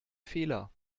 fehler